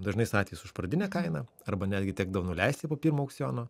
dažnais atvejais už pradinę kainą arba netgi tekdavo nuleist ją po pirmo aukciono